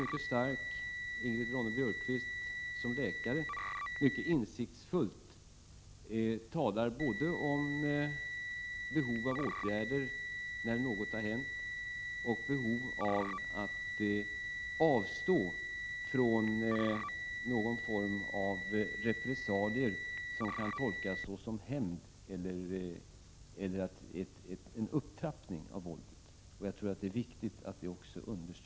Ingrid Ronne-Björkqvist som läkare talar mycket insiktsfullt om både behovet av åtgärder när något har hänt och behovet av att avstå från någon form av repressalier, som kan tolkas såsom hämnd eller såsom en upptrappning av våldet. Jag tror det är viktigt att understryka även detta.